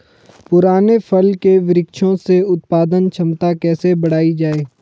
पुराने फल के वृक्षों से उत्पादन क्षमता कैसे बढ़ायी जाए?